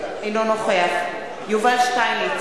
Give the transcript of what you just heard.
אינו נוכח יובל שטייניץ,